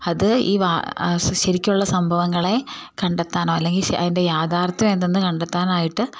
അത് ഈ ശരിക്കുള്ള സംഭവങ്ങളെ കണ്ടെത്താനോ അല്ലെങ്കിൽ അതിൻ്റെ യാഥാർഥ്യം എന്തെന്ന് കണ്ടെത്താനായിട്ട്